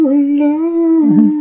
alone